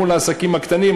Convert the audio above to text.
מול העסקים הקטנים,